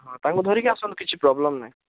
ହଁ ତାଙ୍କୁ ଧରିକି ଆସନ୍ତୁ କିଛି ପ୍ରୋବ୍ଲେମ୍ ନାହିଁ